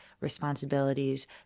responsibilities